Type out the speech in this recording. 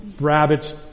rabbits